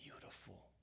beautiful